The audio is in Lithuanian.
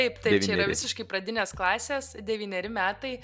taip taip čia yra visiškai pradinės klasės devyneri metai